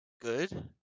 good